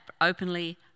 openly